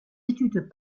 études